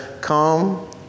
come